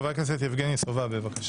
חבר הכנסת יבגני סובה, בבקשה.